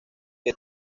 que